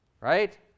Right